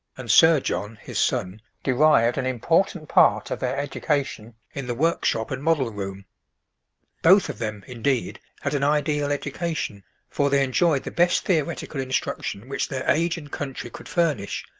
and sir john, his son, derived an important part of their education in the workshop and model-room. both of them, indeed, had an ideal education for they enjoyed the best theoretical instruction which their age and country could furnish,